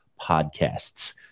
podcasts